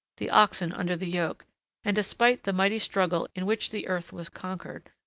the oxen under the yoke and, despite the mighty struggle in which the earth was conquered,